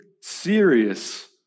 serious